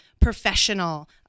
professional